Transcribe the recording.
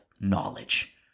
knowledge